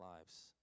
lives